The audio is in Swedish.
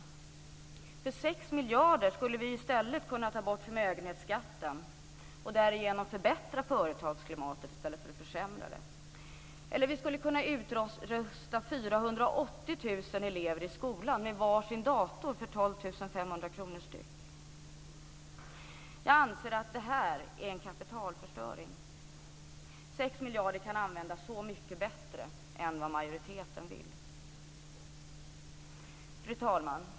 För 6 miljarder skulle vi i stället kunna ta bort förmögenhetsskatten och därigenom förbättra företagsklimatet i stället för att försämra det. Eller också skulle vi kunna utrusta 480 000 elever i skolan med var sin dator för 12 500 kronor styck. Jag anser att det här är en kapitalförstöring. 6 miljarder kan användas så mycket bättre än vad majoriteten vill. Fru talman!